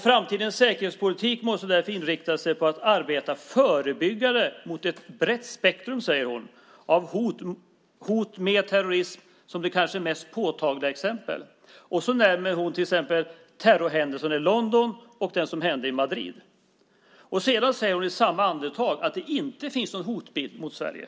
Framtidens säkerhetspolitik måste därför inrikta sig på att arbeta förebyggande mot ett brett spektrum av hot, med terrorism som det kanske mest påtagliga exemplet. Hon nämner till exempel terrorhändelserna i London och det som hände i Madrid. I samma andetag säger hon att det inte finns någon hotbild mot Sverige.